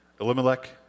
Elimelech